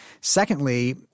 Secondly